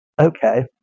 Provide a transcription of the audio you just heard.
okay